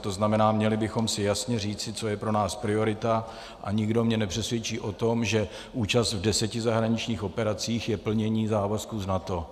To znamená, měli bychom si jasně říci, co je pro nás priorita, a nikdo mě nepřesvědčí o tom, že účast v deseti zahraničních operacích je plnění závazků z NATO.